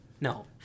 No